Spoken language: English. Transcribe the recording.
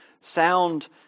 sound